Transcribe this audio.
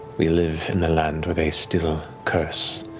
we live in a land with a still curse,